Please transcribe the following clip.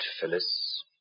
Phyllis